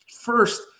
first